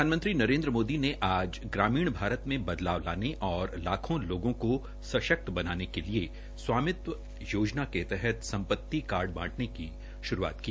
प्रधानमंत्री नरेन्द्र मोदी ने आज ग्रामीण भारत में बदलाव और लाखों लोगों को सशक्त बनाने के लिए स्वामित्व योजना के तहत सम्पति कार्ड बांटने की श्रूआत की